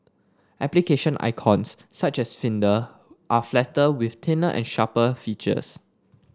application icons such as Finder are flatter with thinner and sharper features